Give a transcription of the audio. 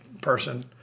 person